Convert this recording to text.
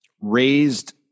raised